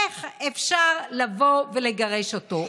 איך אפשר לבוא ולגרש אותו?